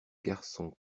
garçons